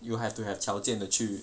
you have to have 条件的去